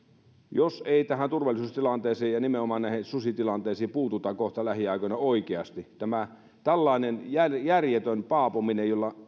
jos ei tähän turvallisuustilanteeseen ja nimenomaan näihin susitilanteisiin puututa kohta lähiaikoina oikeasti tämä tällainen on järjetöntä paapomista on